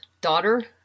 daughter